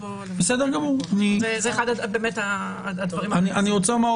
זה אחד הדברים --- נילי,